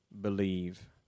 believe